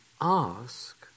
ask